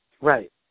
right